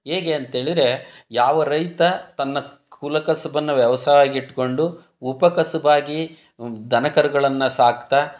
ಹೇಗೆ ಅಂತ ಹೇಳಿದ್ರೆ ಯಾವ ರೈತ ತನ್ನ ಕುಲಕಸುಬನ್ನು ವ್ಯವಸಾಯ್ಗ್ ಇಟ್ಟುಕೊಂಡು ಉಪಕಸುಬಾಗಿ ದನ ಕರುಗಳನ್ನು ಸಾಕ್ತಾ